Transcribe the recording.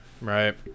Right